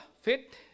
fit